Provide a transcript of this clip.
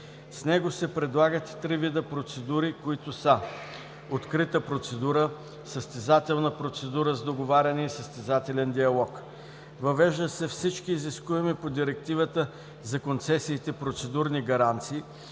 С него се предлагат и три вида процедури, които са: открита процедура, състезателна процедура с договаряне и състезателен диалог. Въвеждат се всички изискуеми по Директивата за концесиите процедурни гаранции,